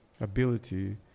ability